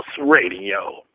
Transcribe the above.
Radio